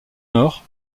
nord